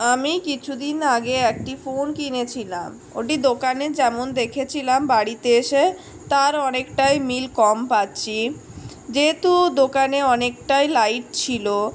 আমি কিছুদিন আগে একটি ফোন কিনেছিলাম ওটি দোকানে যেমন দেখেছিলাম বাড়িতে এসে তার অনেকটাই মিল কম পাচ্ছি যেহেতু দোকানে অনেকটাই লাইট ছিল